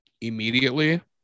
immediately